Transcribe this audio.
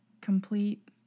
complete